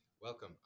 Welcome